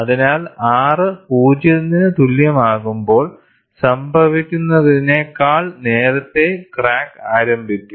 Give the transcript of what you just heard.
അതിനാൽ R 0 ന് തുല്യമാകുമ്പോൾ സംഭവിക്കുന്നതിനേക്കാൾ നേരത്തെ ക്രാക്ക് ആരംഭിക്കും